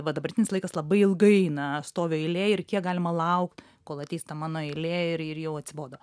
va dabartinis laikas labai ilgai eina stoviu eilėj ir kiek galima laukt kol ateis ta mano eilė ir ir jau atsibodo